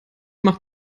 macht